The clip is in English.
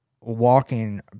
walking